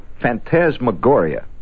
phantasmagoria